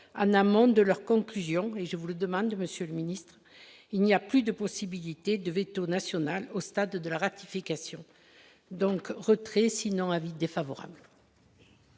en amende de leurs conclusions et je vous le demande, Monsieur le Ministre, il n'y a plus de possibilité de véto national au stade de la ratification donc retrait sinon avis défavorable.